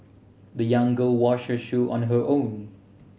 the young girl washed her shoe on her own